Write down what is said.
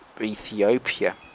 Ethiopia